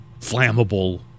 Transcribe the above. flammable